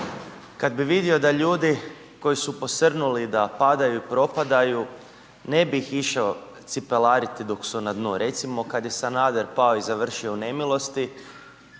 kada bi vidio da ljudi koji su posrnuli i da padaju i propadaju ne bih ih išao cipelariti dok su na dnu. Recimo kada je Sanader pao i završio u nemilosti